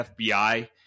FBI